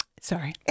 sorry